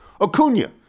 Acuna